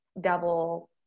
double